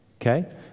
okay